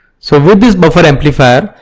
so, with this buffer amplifier,